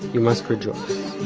you must rejoice